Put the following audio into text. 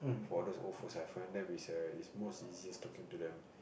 for those old folks I find them is err is most easiest talking to them